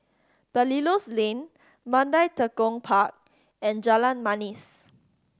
Belilios Lane Mandai Tekong Park and Jalan Manis